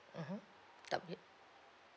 mmhmm W